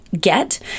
get